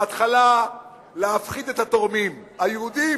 בהתחלה להפחיד את התורמים, היהודים: